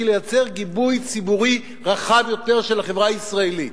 בשביל לייצר גיבוי ציבורי רחב יותר של החברה הישראלית,